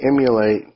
emulate